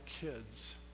kids